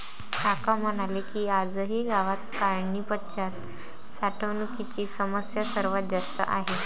काका म्हणाले की, आजही गावात काढणीपश्चात साठवणुकीची समस्या सर्वात जास्त आहे